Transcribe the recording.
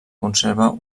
conserva